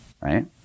right